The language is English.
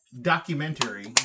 documentary